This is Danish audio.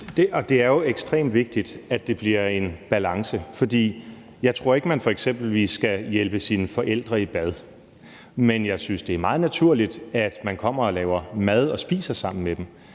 det er jo ekstremt vigtigt, at det bliver en balance, for jeg tror ikke, at man eksempelvis skal hjælpe sine forældre i bad, men jeg synes, det er meget naturligt, at man kommer og laver mad og spiser sammen med dem.